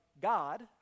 God